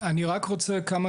כמשרד